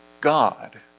God